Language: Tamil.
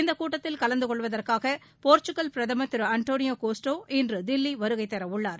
இந்தக் கூட்டத்தில் கலந்துகொள்வதற்காக போர்ச்சுக்கல் பிரதமர் திரு அண்டோனியோ கோஸ்டா இன்று தில்லி வருகை தர உள்ளார்